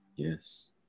Yes